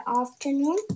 afternoon